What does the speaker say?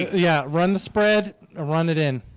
yeah run the spread ah run it in.